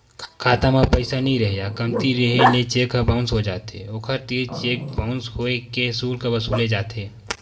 खाता म पइसा नइ रेहे या कमती रेहे ले चेक ह बाउंस हो जाथे, ओखर तीर चेक बाउंस होए के सुल्क वसूले जाथे